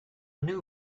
new